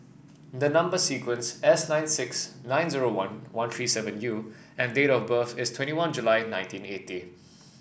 the number sequence S nine six nine zero one three seven U and date of birth is twenty one July nineteen eighty